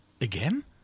Again